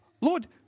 Lord